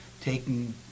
taking